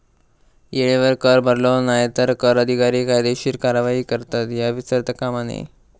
येळेवर कर भरलो नाय तर कर अधिकारी कायदेशीर कारवाई करतत, ह्या विसरता कामा नये